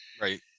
right